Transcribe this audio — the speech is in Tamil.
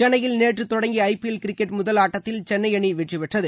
சென்னையில் நேற்று தொடங்கிய ஐபிஎல் கிரிக்கெட் முதல் ஆட்டத்தில் சென்னை அணி வெற்றி பெற்றது